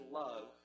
love